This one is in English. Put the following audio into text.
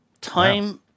time